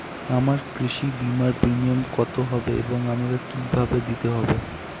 আমার কৃষি বিমার প্রিমিয়াম কত হবে এবং আমাকে কি ভাবে দিতে হবে?